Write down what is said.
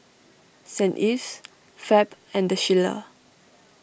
Saint Ives Fab and the Shilla